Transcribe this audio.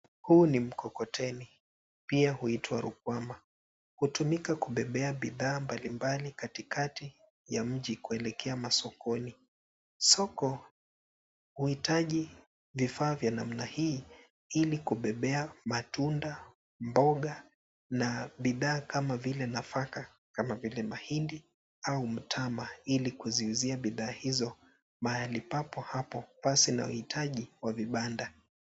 Huu ni mkokoteni pia huitwa rukwama. Hutumika kubebea bidhaa mbalimbali katikati ya mji kuelekea masokoni. Soko huitaji vifaa vya namna hii ili kubebea matunda, mboga na bidhaa kama vile nafaka kama vile mahindi au mtama ili kuziuzia bidhaa hizo mahali papo hapo pasi na uhitaji wa vibanda.